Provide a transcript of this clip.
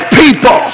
people